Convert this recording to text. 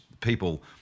people